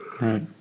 Right